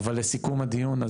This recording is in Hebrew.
אבל לסיכום הדיון,